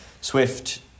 Swift